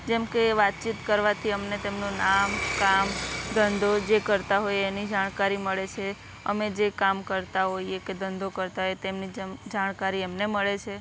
જેમ કે વાતચીત કરવાથી અમને તેમનું નામ કામ ધંધો જે કરતા હોય એની જાણકારી મળે છે અમે જે કામ કરતા હોઈએ કે ધંધો કરતા હોઈએ તેમની જેમ જાણકારી એમને મળે છે